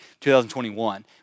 2021